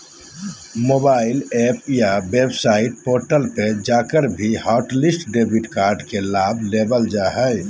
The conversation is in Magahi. मोबाइल एप या वेबसाइट पोर्टल पर जाकर भी हॉटलिस्ट डेबिट कार्ड के लाभ लेबल जा हय